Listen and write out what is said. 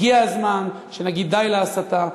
הגיע הזמן שנגיד: די להסתה,